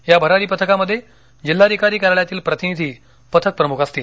या भरारी पथकामध्ये जिल्हाधिकारी कार्यालयातील प्रतिनिधी पथक प्रमुख असतील